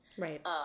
Right